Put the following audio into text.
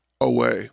away